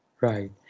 Right